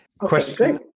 Question